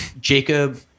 Jacob